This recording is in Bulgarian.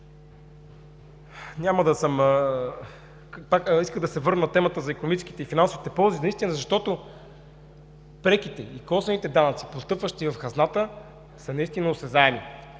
Благодаря Ви. Искам да се върна на темата за икономическите и финансовите ползи, защото преките и косвените данъци, постъпващи в хазната, са наистина осезаеми.